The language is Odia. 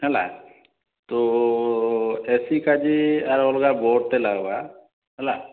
ହେଲା ତୋ ଏସି କାଯି ଆର୍ ଅଲ୍ଗା ବୋର୍ଡ଼ଟେ ଲାଗ୍ବା ହେଲା